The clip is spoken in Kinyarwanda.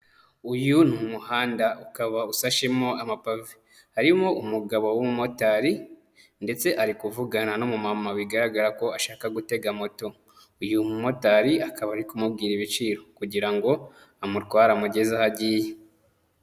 Uyu ni muhanda ukaba usashemo amapavi, harimo umugabo w'umumotari ndetse ari kuvugana n'umumama bigaragara ko ashaka gutega moto, uyu mumotari akaba ari kumubwira ibiciro kugira ngo amutware amugeze aho agiye.